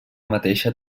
mateixa